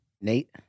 Nate